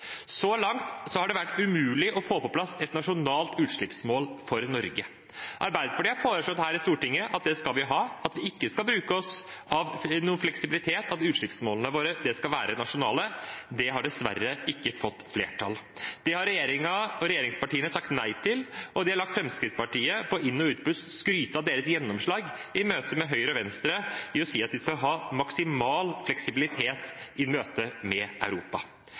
Så langt har det vært umulig å få på plass et nasjonalt utslippsmål for Norge. Arbeiderpartiet har foreslått her i Stortinget at det skal vi ha, at vi ikke skal benytte oss av noen fleksibilitet, at utslippsmålene våre skal være nasjonale. Det har dessverre ikke fått flertall. Det har regjeringen og regjeringspartiene sagt nei til, og de har latt Fremskrittspartiet på inn- og utpust skryte av sitt gjennomslag i møtet med Høyre og Venstre, i å si at de skal ha maksimal fleksibilitet i møtet med Europa.